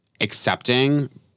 accepting